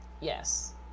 Yes